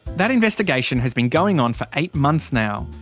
that investigation has been going on for eight months now.